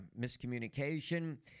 miscommunication